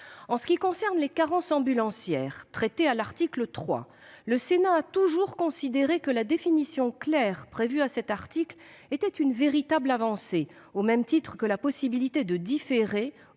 ce qui concerne les carences ambulancières, traitées à l'article 3, le Sénat a toujours considéré que la définition claire prévue à cet article était une véritable avancée, au même titre que la possibilité de différer